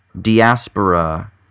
diaspora